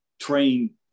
train